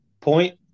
point